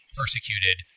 persecuted